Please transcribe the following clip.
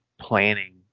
planning